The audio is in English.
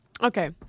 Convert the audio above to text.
Okay